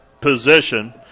position